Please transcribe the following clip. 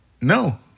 No